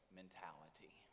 mentality